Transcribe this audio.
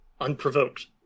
unprovoked